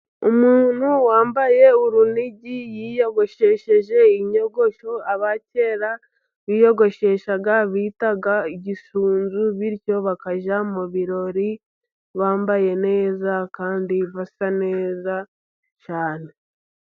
Umuntu wambaye urunigi yiyogoshesheje inyogosho abakera biyogosheshaga bitaga igisunzu. Bityo bakajya mu birori bambaye neza kandi basa neza cyane.